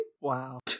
Wow